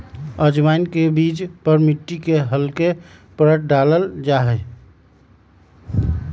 अजवाइन के बीज पर मिट्टी के हल्के परत डाल्ल जाहई